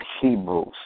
Hebrews